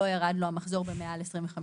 לא ירד לו המחזור ביותר מ-25%,